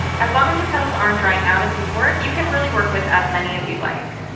as long as your petals, aren't drying out as you work, you can really work with as many as you'd like.